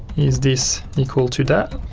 is this equal to that?